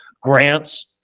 grants